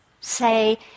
say